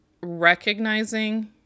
recognizing